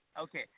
Okay